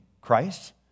Christ